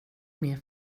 mer